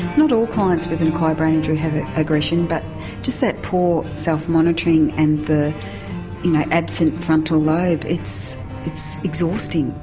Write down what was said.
not all clients with an acquired brain injury have aggression, but just that poor self monitoring and the you know absent frontal lobe, it's it's exhausting.